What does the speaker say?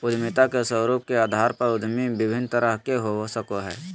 उद्यमिता के स्वरूप के अधार पर उद्यमी विभिन्न तरह के हो सकय हइ